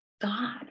God